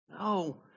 No